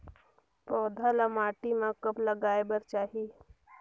पौधा ल माटी म कब लगाए बर चाही?